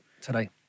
today